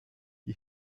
die